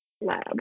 Lab